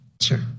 Sure